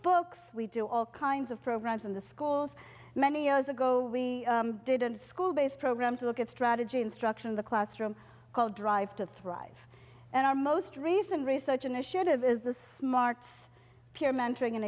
books we do all kinds of programs in the schools many years ago we didn't school based programs to look at strategy instruction in the classroom called drive to thrive and our most recent research initiative is the smarts peer mentoring an